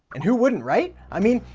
and who wouldn't, right? i mean,